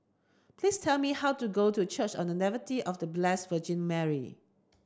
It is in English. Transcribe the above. please tell me how to get to Church on The Nativity of The Blessed Virgin Mary